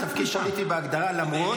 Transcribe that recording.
משנה למנכ"ל זה תפקיד פוליטי בהגדרה --- כדי